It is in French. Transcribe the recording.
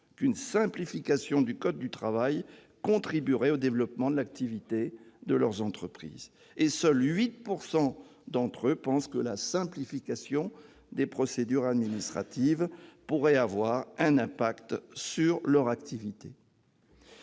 qu'une simplification du code du travail contribuerait au développement de l'activité de leur entreprise, et ils sont seulement 8 % à penser que la simplification des procédures administratives pourrait retentir sur leur activité.